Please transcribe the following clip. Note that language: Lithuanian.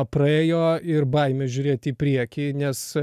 praėjo ir baimė žiūrėti į priekį nes